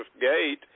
Gate